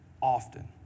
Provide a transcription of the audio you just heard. often